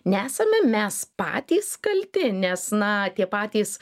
nesame mes patys kalti nes na tie patys